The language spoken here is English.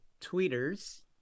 tweeters